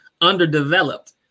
underdeveloped